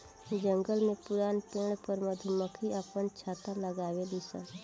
जंगल में पुरान पेड़ पर मधुमक्खी आपन छत्ता लगावे लिसन